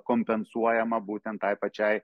kompensuojama būtent tai pačiai